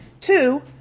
Two